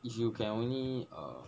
if you can only uh